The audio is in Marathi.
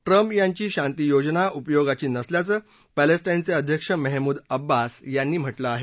ट्रम्प यांची शांती योजना उपयोगाची नसल्याचं पॅलिस्टाईनचे अध्यक्ष मेहमूद अब्बास यांनी म्हटलं आहे